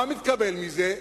מה מתקבל מזה?